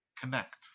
connect